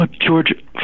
George